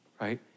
right